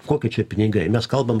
kokie čia pinigai mes kalbam